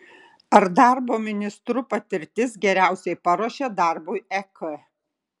ar darbo ministru patirtis geriausiai paruošia darbui ek